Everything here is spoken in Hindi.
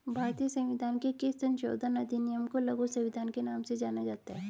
भारतीय संविधान के किस संशोधन अधिनियम को लघु संविधान के नाम से जाना जाता है?